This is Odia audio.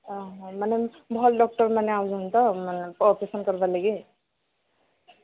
ହଁ ମାନେ ଭଲ ଡକ୍ଟରମାନେ ଆସୁଛନ୍ତି ତ ମାନେ ଅପରେସନ କରିବା ଲାଗି